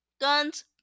guns